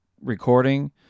recording